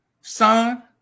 son